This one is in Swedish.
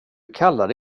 kallade